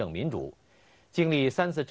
don't mean to give me a sense